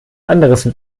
anderes